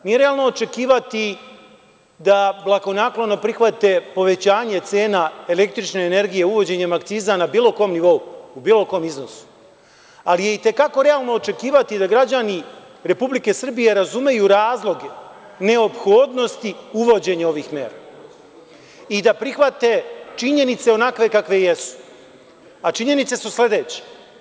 Nije realno očekivati da blagonaklono prihvate povećanje cena električne energije uvođenjem akciza na bilo kom nivou, u bilo kom iznosu, ali je i te kako realno očekivati da građani Republike Srbije razumeju razloge neophodnosti uvođenja ovih mera i da prihvate činjenice onakve kakve jesu, a činjenice su sledeće.